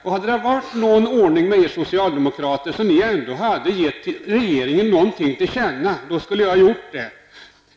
Och hade det varit någon ordning med er socialdemokrater, så att ni hade givit regeringen er mening till känna, skulle jag ha stött reservationen.